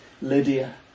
Lydia